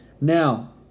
Now